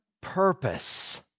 purpose